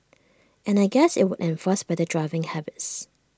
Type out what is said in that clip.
and I guess IT would enforce better driving habits